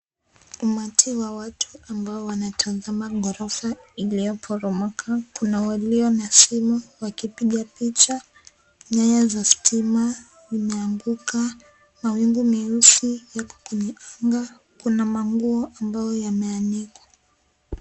Umati wa watu ambao wanatazama ghorofa iliyoporomoka. Kuna walio na simu wakipiga picha. Nyaya za stima imeanguka, mawingu meusi yako kwenye anga, kuna manguo ambayo yameandikwa.